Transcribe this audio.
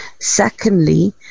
Secondly